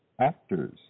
Actors